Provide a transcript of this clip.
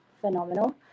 phenomenal